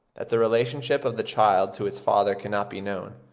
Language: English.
that the relationship of the child to its father cannot be known.